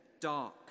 dark